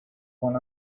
one